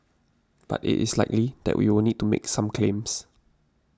but it is likely that we will need to make some claims